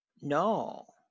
No